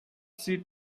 she